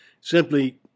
Simply